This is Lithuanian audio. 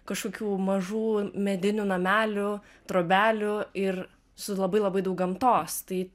kažkokių mažų medinių namelių trobelių ir su labai labai daug gamtos tai